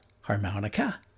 harmonica